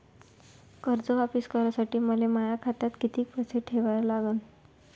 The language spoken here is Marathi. कर्ज वापिस करासाठी मले माया खात्यात कितीक पैसे ठेवा लागन?